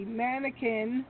mannequin